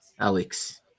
Alex